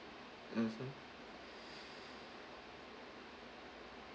mmhmm